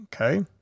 okay